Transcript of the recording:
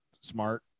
smart